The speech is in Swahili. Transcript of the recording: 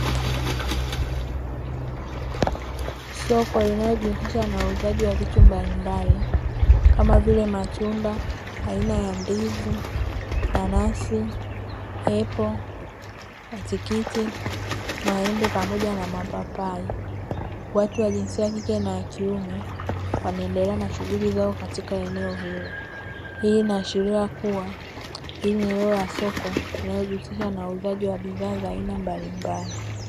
Soko linalojihisisha na uuzaji wa vitu mbalimbali kama vile matunda aina ya ndizi, nanasi, epo, matikiti, maembe, pamoja na mapapai. Watu wa jinsia ya kike na ya kiume wanaendelea na shughuli zao katika eneo hilo. Hii inaashiria kuwa hii ni eneo la soko linalojihisisha na uuzaji wa bidhaa za aina mbalimbali.